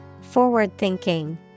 Forward-thinking